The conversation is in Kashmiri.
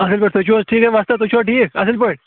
اَصٕل پٲٹھۍ تُہۍ چھُو حظ ٹھیٖک وۄستا تُہۍ چھُوا ٹھیٖک اَصٕل پٲٹھۍ